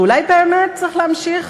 שאולי באמת צריך להמשיך